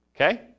Okay